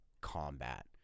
Combat